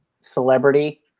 celebrity